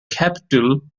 capital